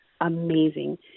Amazing